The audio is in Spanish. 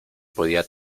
podía